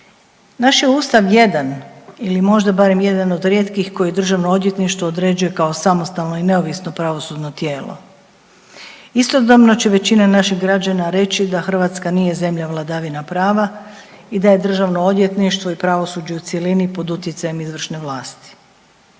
Naš je Ustav jedan ili možda barem jedan od rijetkih koji državno odvjetništvo određuje kao samostalno i neovisno pravosudno tijelo. Istodobno će većina naših građana reći da Hrvatska nije zemlja vladavina prava i da je državno odvjetništvo i pravosuđe u cjelini pod utjecajem izvršne vlasti.